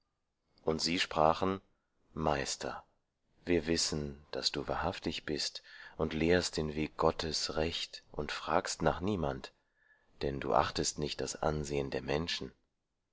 und sie sprachen meister wir wissen daß du wahrhaftig bist und lehrst den weg gottes recht und du fragst nach niemand denn du achtest nicht das ansehen der menschen